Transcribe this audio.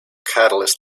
catalyst